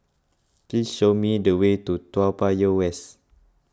please show me the way to Toa Payoh West